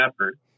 effort